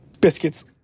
biscuits